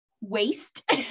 waste